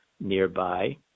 nearby